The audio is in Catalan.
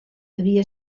havia